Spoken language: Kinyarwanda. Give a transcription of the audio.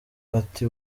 ati